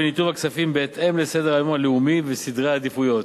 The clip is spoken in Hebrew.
וניתוב הכספים בהתאם לסדר-היום הלאומי וסדרי העדיפויות,